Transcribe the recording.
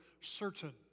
certain